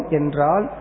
General